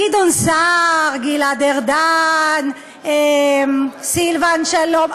גדעון סער, גלעד ארדן, סילבן שלום.